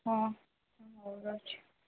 ହଁ ହଉ ରହୁଛି